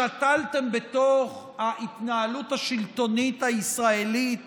שתלתם בתוך ההתנהלות השלטונית הישראלית